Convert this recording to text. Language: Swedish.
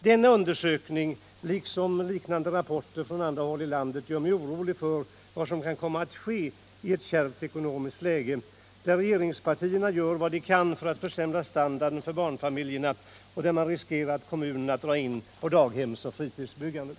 Denna undersökning liksom liknande rapporter från andra håll i landet gör mig orolig för vad som kan komma att ske i ett kärvt ekonomiskt läge, där regeringspartierna gör vad de kan för att försämra standarden för barnfamiljerna och där man riskerar att kommunerna drar in på daghemsoch fritidshemsbyggandet.